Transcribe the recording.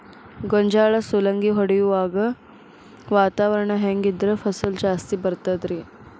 ಗೋಂಜಾಳ ಸುಲಂಗಿ ಹೊಡೆಯುವಾಗ ವಾತಾವರಣ ಹೆಂಗ್ ಇದ್ದರ ಫಸಲು ಜಾಸ್ತಿ ಬರತದ ರಿ?